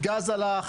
גז עלה,